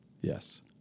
Yes